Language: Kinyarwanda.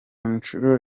nshuro